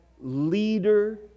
leader